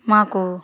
మాకు